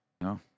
No